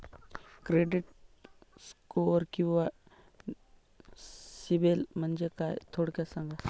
Credit score किंवा सिबिल म्हणजे काय? थोडक्यात सांगा